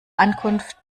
ankunft